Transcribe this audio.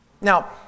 Now